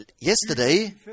Yesterday